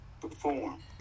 perform